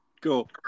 cool